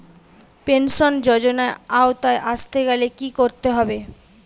Pension যজোনার আওতায় আসতে গেলে কি করতে হবে?